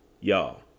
Y'all